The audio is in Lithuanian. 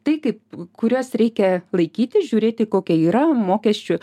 tai kaip kuriuos reikia laikyti žiūrėti kokie yra mokesčių